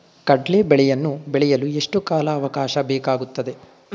ಕಡ್ಲೆ ಬೇಳೆಯನ್ನು ಬೆಳೆಯಲು ಎಷ್ಟು ಕಾಲಾವಾಕಾಶ ಬೇಕಾಗುತ್ತದೆ?